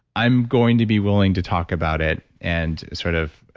i'm going to be willing to talk about it and sort of